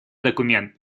документ